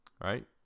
Right